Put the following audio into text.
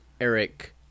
Eric